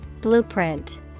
Blueprint